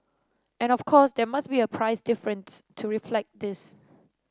and of course there must be a price difference to reflect this